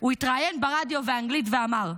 הוא התראיין ברדיו באנגלית ואמר,